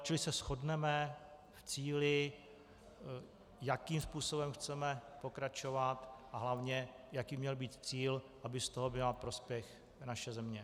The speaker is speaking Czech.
Čili se shodneme v cíli, jakým způsobem chceme pokračovat a hlavně jaký měl být cíl, aby z toho měla prospěch naše země.